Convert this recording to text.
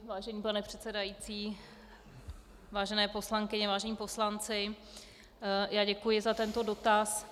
Vážený pane předsedající, vážené poslankyně, vážení poslanci, já děkuji za tento dotaz.